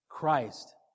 Christ